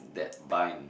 that bind